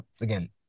again